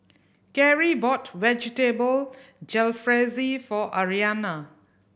Karie bought Vegetable Jalfrezi for Aryanna